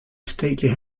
stately